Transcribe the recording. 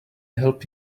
help